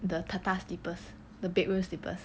the tartar slippers the bedroom slippers